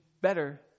better